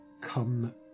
come